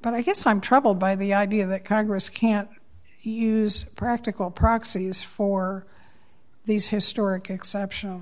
but i guess i'm troubled by the idea that congress can't use practical proxies for these historic exception